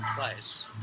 place